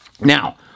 Now